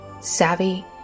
savvy